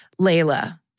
Layla